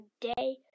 today